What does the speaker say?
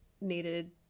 needed